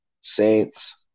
Saints